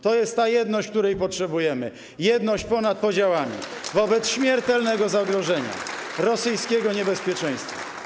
To jest ta jedność, której potrzebujemy, jedność ponad podziałami wobec śmiertelnego zagrożenia, rosyjskiego niebezpieczeństwa.